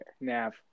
Nav